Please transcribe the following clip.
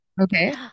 Okay